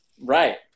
Right